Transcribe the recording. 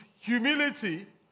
Humility